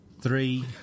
three